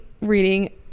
reading